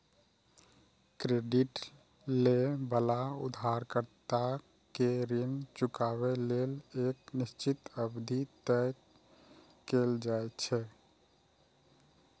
credit लए बला उधारकर्ता कें ऋण चुकाबै लेल एक निश्चित अवधि तय कैल जाइ छै